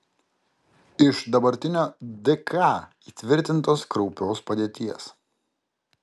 iš dabartinio dk įtvirtintos kraupios padėties